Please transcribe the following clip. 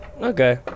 Okay